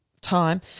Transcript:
time